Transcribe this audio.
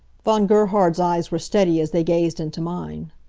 von gerhard's eyes were steady as they gazed into mine.